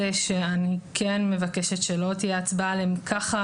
שאני כן מבקשת שלא תהיה הצבעה עליהם ככה,